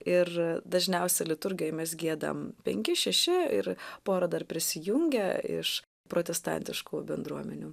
ir dažniausia liturgijoj mes giedam penki šeši ir pora dar prisijungia iš protestantiškų bendruomenių